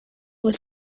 was